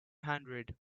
hundred